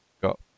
got